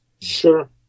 Sure